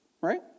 right